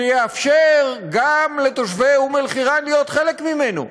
שיאפשר גם לתושבי אום-אלחיראן להיות חלק ממנו?